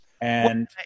And-